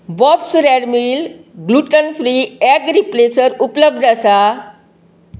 bobs Red Mill gluten free egg replacer उपलब्ध आसा